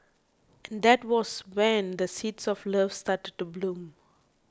and that was when the seeds of love started to bloom